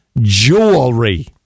jewelry